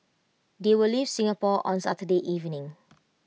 they will leave Singapore on Saturday evening